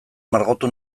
margotu